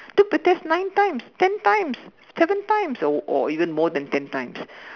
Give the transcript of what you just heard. dude but that's nine times ten times seven times or or even more than ten times